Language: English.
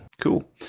Cool